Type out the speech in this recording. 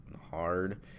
hard